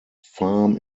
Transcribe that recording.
farm